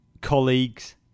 colleagues